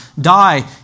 die